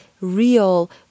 real